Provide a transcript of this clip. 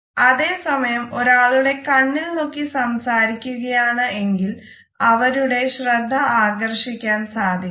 അതേ സമയം ഒരാളുടെ കണ്ണിൽ നോക്കി സംസാരിക്കുകയാണ് എങ്കിൽ അവരുടെ ശ്രദ്ധ ആകർഷിക്കാൻ സാധിക്കുന്നു